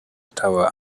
tower